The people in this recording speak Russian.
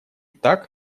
так